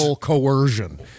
Coercion